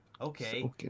Okay